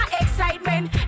excitement